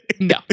No